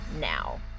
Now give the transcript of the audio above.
now